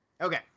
Okay